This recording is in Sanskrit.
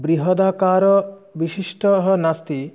बृहदाकारविशिष्टः नास्ति